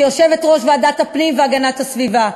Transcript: כיושבת-ראש ועדת הפנים והגנת הסביבה: